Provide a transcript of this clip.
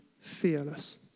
fearless